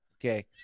Okay